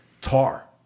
Tar